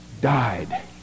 died